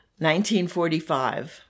1945